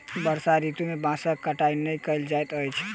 वर्षा ऋतू में बांसक कटाई नै कयल जाइत अछि